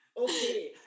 Okay